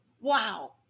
wow